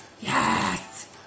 Yes